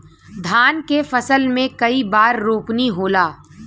धान के फसल मे कई बार रोपनी होला?